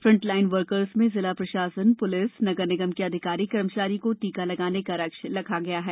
front line workers में जिला प्रशासन प्लिस नगर निगम के अधिकारीकर्मचारी को टीका लगाने का लक्ष्य रखा गया है